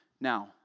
Now